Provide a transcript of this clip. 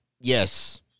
Yes